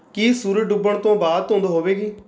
ਕੀ ਸੂਰਜ ਡੁੱਬਣ ਤੋਂ ਬਾਅਦ ਧੁੰਦ ਹੋਵੇਗੀ